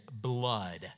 blood